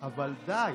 די.